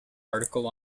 article